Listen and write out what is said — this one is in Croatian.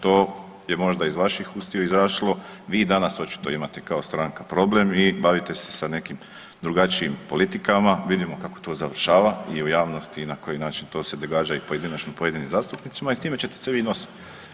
To je možda iz vaših ustiju izašlo, vi danas očito imate kao stranka problem i bavite se sa nekim drugačijim politikama, Vidimo kako to završava i u javnosti i na koji način to se događa i pojedinim zastupnicima i s time ćete se vi nositi.